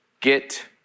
Get